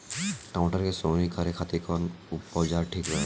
टमाटर के सोहनी खातिर कौन औजार ठीक होला?